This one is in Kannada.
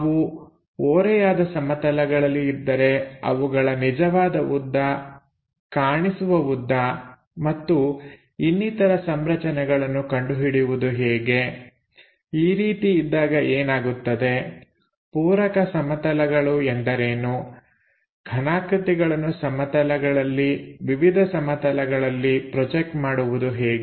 ಅವು ಓರೆಯಾದ ಸಮತಲಗಳಲ್ಲಿ ಇದ್ದರೆ ಅವುಗಳ ನಿಜವಾದ ಉದ್ದ ಕಾಣಿಸುವ ಉದ್ದ ಮತ್ತು ಮತ್ತು ಇನ್ನಿತರ ಸಂರಚನೆಗಳನ್ನು ಕಂಡುಹಿಡಿಯುವುದು ಹೇಗೆ ಈ ರೀತಿ ಇದ್ದಾಗ ಏನಾಗುತ್ತದೆ ಪೂರಕ ಸಮತಲಗಳು ಎಂದರೇನು ಘನಾಕೃತಿಗಳನ್ನು ಸಮತಲಗಳಲ್ಲಿ ವಿವಿಧ ಸಮತಲಗಳಲ್ಲಿ ಪ್ರೊಜೆಕ್ಟ್ ಮಾಡುವುದು ಹೇಗೆ